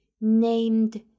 named